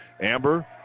Amber